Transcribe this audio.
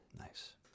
Nice